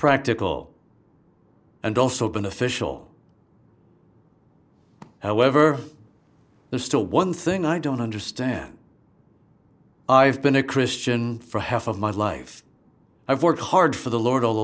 practical and also beneficial however there's still one thing i don't understand i've been a christian for half of my life i've worked hard for the lord all